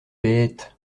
bête